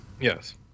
Yes